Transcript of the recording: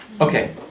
Okay